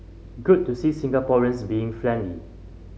good to see Singaporeans being friendly